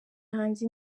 hanze